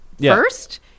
first